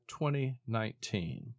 2019